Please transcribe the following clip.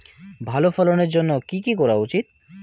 ভালো ফলনের জন্য কি কি করা উচিৎ?